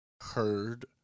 heard